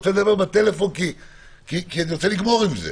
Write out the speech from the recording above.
רוצה לדבר בטלפון כי אני רוצה לגמור עם זה